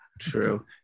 True